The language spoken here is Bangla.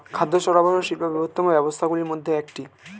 খাদ্য সরবরাহ শিল্প বৃহত্তম ব্যবসাগুলির মধ্যে একটি